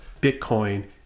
Bitcoin